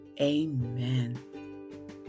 Amen